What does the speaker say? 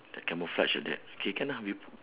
like camouflage like that K can ah we